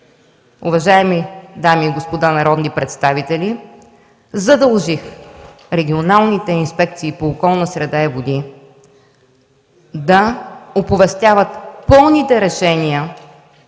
уважаеми дами и господа народни представители, задължих регионалните инспекции по околна среда и води да оповестяват на интернет